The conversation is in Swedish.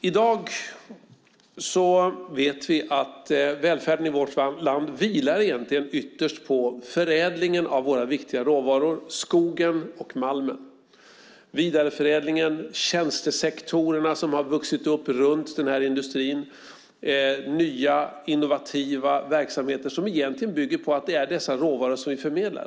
I dag vet vi att välfärden i vårt land ytterst vilar på förädlingen av våra viktiga råvaror, skogen och malmen. Det handlar om vidareförädlingen, tjänstesektorerna, som har vuxit upp runt den här industrin, och nya innovativa verksamheter som egentligen bygger på att det är dessa råvaror som vi förmedlar.